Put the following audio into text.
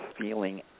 feeling